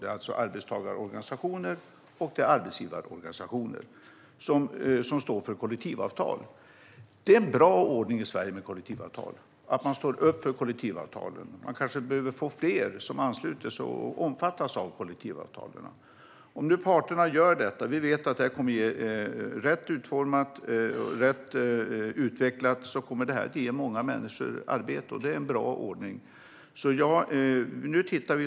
Det är alltså arbetstagarorganisationer och arbetsgivarorganisationer som står för kollektivavtal. Det är en bra ordning i Sverige att man står upp för kollektivavtalen. Kanske behöver fler ansluta sig och omfattas av dem? Vi vet att det här, rätt utformat och rätt utvecklat, kommer att ge många människor arbete. Och det är en bra ordning.